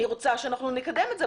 אני רוצה שאנחנו נקדם את זה,